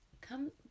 come